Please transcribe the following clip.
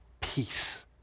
peace